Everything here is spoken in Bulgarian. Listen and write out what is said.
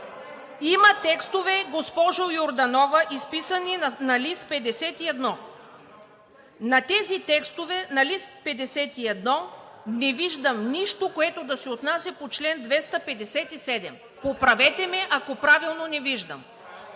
Има текстове, госпожо Йорданова, изписани на лист 51. (Смях от ГЕРБ-СДС.) На тези текстове на лист 51 не виждам нищо, което да се отнася по чл. 257. Поправете ме, ако правилно не виждам.